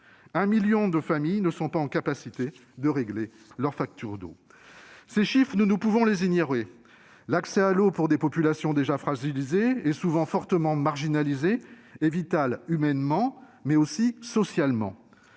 1 million de familles ne sont pas en capacité de régler leur facture d'eau. Nous ne pouvons ignorer ces chiffres. L'accès à l'eau pour des populations déjà fragilisées et souvent fortement marginalisées est vital, humainement mais aussi socialement.